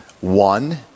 One